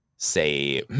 say